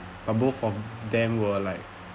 uh both of them were like